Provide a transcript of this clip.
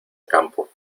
campo